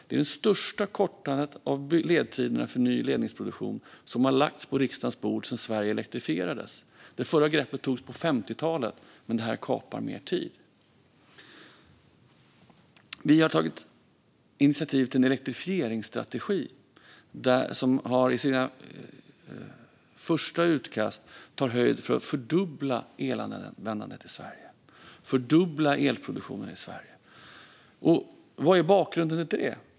Det är ett förslag med det största kortandet av ledtider för ny ledningsproduktion som har lagts på riksdagens bord sedan Sverige elektrifierades. Det förra greppet togs på 50-talet. Men det här kapar mer tid. Vi har tagit initiativ till en elektrifieringsstrategi som i det första utkastet tar höjd för en fördubbling av elanvändningen i Sverige och en fördubbling av elproduktionen i Sverige. Vad är bakgrunden till det?